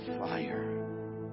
fire